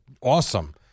Awesome